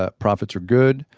ah profits are good.